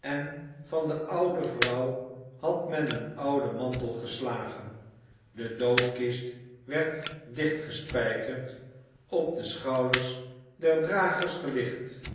en van de oude vrouw had men een ouden mantel geslagen de doodkist werd dicht gespijkerd op de schouders der dragers gelicht